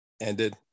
ended